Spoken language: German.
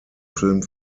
film